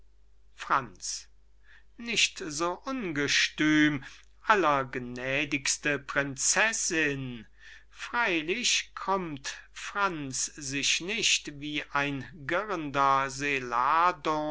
franz nicht so ungestümm allergnädigste prinzessinn freylich krümmt franz sich nicht wie ein girrender